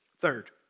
Third